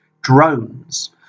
Drones